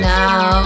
now